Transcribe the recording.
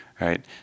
right